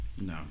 No